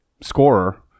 scorer